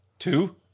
Two